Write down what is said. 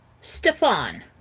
Stefan